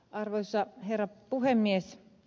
arvoisa herra puhemies